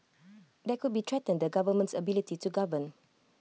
that could be threaten the government's ability to govern